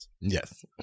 Yes